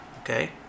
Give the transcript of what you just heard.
Okay